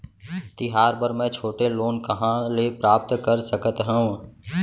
तिहार बर मै छोटे लोन कहाँ ले प्राप्त कर सकत हव?